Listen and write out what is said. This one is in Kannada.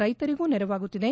ರೈತರಿಗೂ ನೆರವಾಗುತ್ತಿದೆ